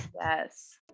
Yes